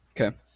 Okay